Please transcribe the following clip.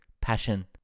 passion